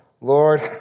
Lord